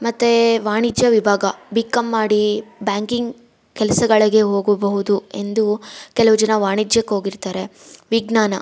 ಮತ್ತೆ ವಾಣಿಜ್ಯ ವಿಭಾಗ ಬಿ ಕಮ್ ಮಾಡಿ ಬ್ಯಾಂಕಿಂಗ್ ಕೆಲಸಗಳಿಗೆ ಹೋಗಬಹುದು ಎಂದು ಕೆಲವು ಜನ ವಾಣಿಜ್ಯಕ್ಕೋಗಿರ್ತಾರೆ ವಿಜ್ಞಾನ